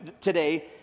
today